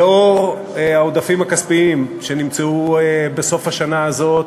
לאור העודפים הכספיים שנמצאו בסוף השנה הזאת,